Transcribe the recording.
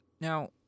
Now